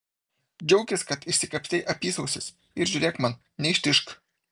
džiaukis kad išsikapstei apysausis ir žiūrėk man neištižk